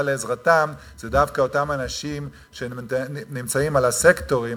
לעזרתן זה דווקא אותם אנשים שנמצאים בסקטורים